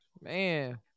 Man